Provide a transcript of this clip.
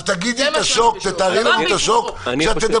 אז תתארי לנו את השוק כשתדברי.